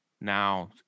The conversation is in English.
now